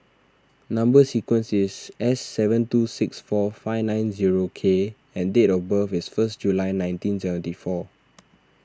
Number Sequence is S seven two six four five nine zero K and date of birth is first July nineteen seventy four